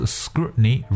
scrutiny